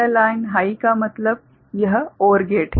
तो यह line high का मतलब है यह OR गेट है